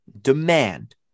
demand